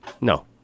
No